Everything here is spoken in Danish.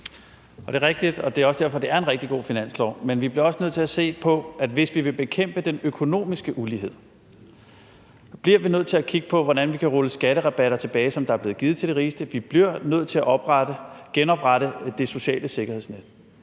Det er rigtigt, og det er også derfor, det er en rigtig god finanslov, men hvis vi vil bekæmpe den økonomiske ulighed, bliver vi nødt til at kigge på, hvordan vi kan rulle skatterabatter tilbage, som der er blevet givet til de rigeste. Vi bliver nødt til at genoprette det sociale sikkerhedsnet.